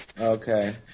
Okay